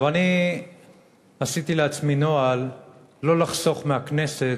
אני עשיתי לעצמי נוהל לא לחסוך מהכנסת,